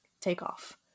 takeoff